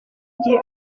igihe